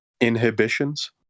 Inhibitions